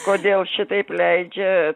kodėl šitaip leidžia